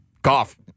Cough